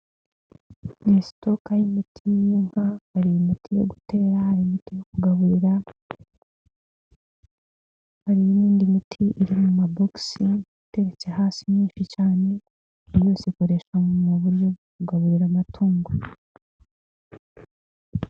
Ni sitoke y'imiti y'inka, hari imiti yo gutera, kugabura, hari n'indi miti iri mu mabogisi, iteretse hasi myinshi cyane, yose ikoreshwa mu buryo bwo kugaburira amatungo.